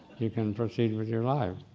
you can proceed with your life.